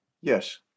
Yes